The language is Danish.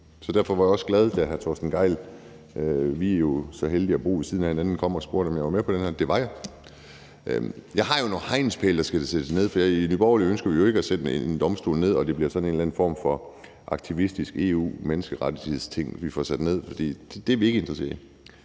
Derfor var jeg også glad, da hr. Torsten Gejl – vi er jo så heldige at bo ved siden af hinanden – kom og spurgte, om jeg var med på den her, og det var jeg. Jeg har jo nogle hegnspæle, der skal sættes ned. For i Nye Borgerlige ønsker vi jo ikke at nedsætte en domstol, og at det bliver sådan en eller anden form for aktivistisk EU-menneskerettighedsting, vi får nedsat, for det er vi ikke interesserede